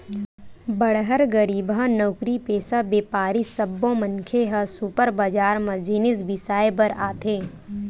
बड़हर, गरीबहा, नउकरीपेसा, बेपारी सब्बो मनखे ह सुपर बजार म जिनिस बिसाए बर आथे